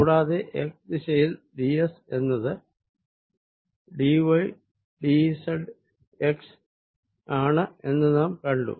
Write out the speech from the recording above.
കൂടാതെ xദിശയിൽ d s എന്നത് d y d z x ആണ് എന്നു നാം കണ്ടു